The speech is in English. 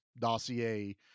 dossier